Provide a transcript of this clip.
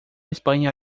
españa